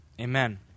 Amen